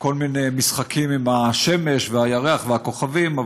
כל מיני משחקים עם השמש והירח והכוכבים.